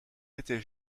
était